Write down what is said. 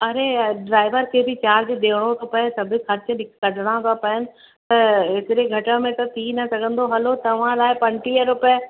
अड़े ड्राइवर खे बि चार्ज ॾियणो थो पिए सभु ख़र्चु निक कढिणा था पेइनि त एतिरे घटि में त थी न सघंदो हलो तव्हां लाइ पंटीह रुपए